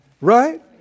Right